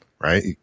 right